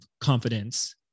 confidence